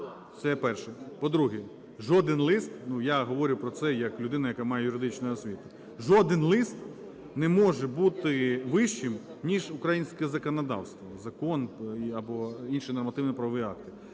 Це є перше. По-друге, жоден лист (ну, я говорю про це як людина, яка має юридичну освіту), жоден лист не може бути вищим, ніж українське законодавство, закон або інші нормативно-правові акти,